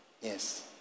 Yes